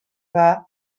dda